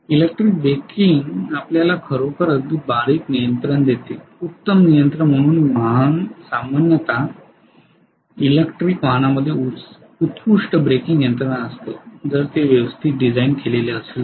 electrical braking आपल्याला खरोखर अगदी बारीक नियंत्रण देते उत्तम नियंत्रण म्हणूनच वाहन सामान्यत इलेक्ट्रिक वाहनांमध्ये उत्कृष्ट ब्रेकिंग यंत्रणा असते जर ते व्यवस्थित डिझाइन केलेले असेल तर